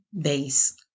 base